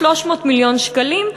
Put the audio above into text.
300 מיליון שקלים,